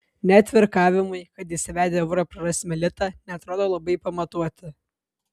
net virkavimai kad įsivedę eurą prarasime litą neatrodo labai pamatuoti